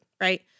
right